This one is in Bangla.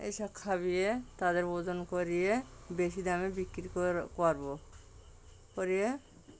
এইসব খাইয়ে তাদের ওজন করিয়ে বেশি দামে বিক্রি কর করবো করে